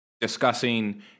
discussing